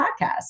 podcast